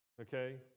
Okay